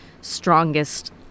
strongest